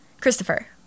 Christopher